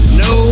no